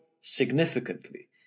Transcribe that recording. significantly